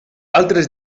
altres